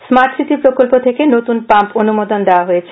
smart city প্রকল্প থেকে নতুন পাম্প অনুমোদন দেওয়া হয়েছে